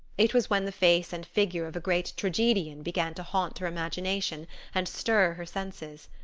it was when the face and figure of a great tragedian began to haunt her imagination and stir her senses.